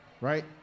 right